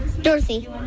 Dorothy